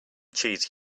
cheese